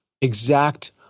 exact